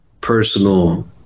personal